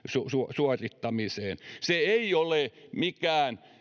suorittamiseen se ei ole mikään